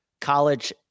college